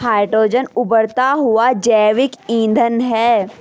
hydrogen उबरता हुआ जैविक ईंधन है